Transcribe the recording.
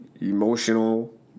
emotional